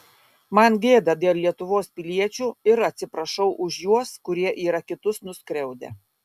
man gėda dėl lietuvos piliečių ir atsiprašau už juos kurie yra kitus nuskriaudę